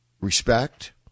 respect